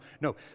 No